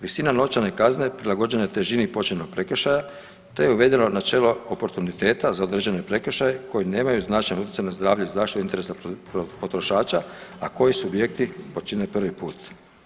Visina novčane kazne prilagođena je težini početnog prekršaja, te je uvedeno načelo oportuniteta za određene prekršaje koji nemaju značajan utjecaj na zdravlje i zaštitu interesa potrošača, a koji subjekti počine prvi put.